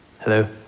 Hello